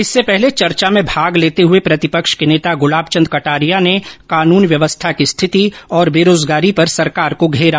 इससे पहले चर्चा में भाग लेते हुए प्रतिपक्ष के नेता गुलाबचन्द कटारिया ने कानून व्यवस्था की स्थिति और बेरोजगारी पर सरकार को घेरा